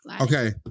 okay